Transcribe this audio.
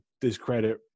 discredit